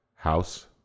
House